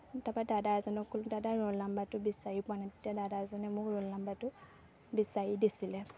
তাপা দাদা এজনক দাদা ৰোল নম্বৰটো বিচাৰি পোৱা নাই তেতিয়া দাদা এজনে মোক ৰোল নম্বৰটো বিচাৰি দিছিলে